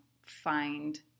find